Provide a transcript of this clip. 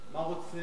מה רוצה,